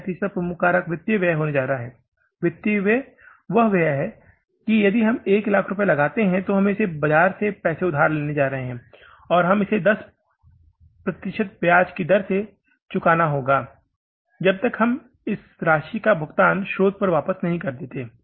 व्यय का तीसरा प्रमुख कारक वित्तीय व्यय होने जा रहा है वित्तीय व्यय यह है कि हम 100000 रुपये लगाते हैं तो हम बाजार से इस पैसे को उधार लेने जा रहे हैं और हमें इस पर ब्याज 10 प्रतिशत की दर से चुकाना होगा जब तक कि हम इस राशि का भुगतान स्रोत पर वापस नहीं करते